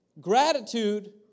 Gratitude